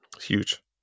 huge